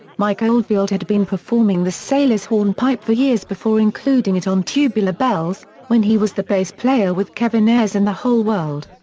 mike oldfield had been performing the sailor's hornpipe for years before including it on tubular bells, when he was the bass player with kevin ayers and the whole world.